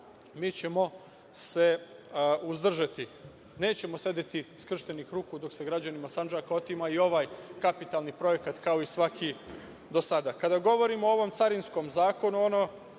mi ćemo se uzdržati od glasanja. Nećemo sedeti skrštenih ruku dok se građanima Sandžaka otima i ovaj kapitalni projekat, kao i svaki do sada. Kada govorimo o ovom Carinskom zakonu, ono